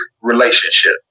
relationship